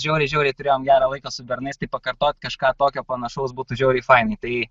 žiauriai žiauriai turėjom gerą laiką su bernais tai pakartot kažką tokio panašaus būtų žiauriai fainai tai